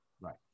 Right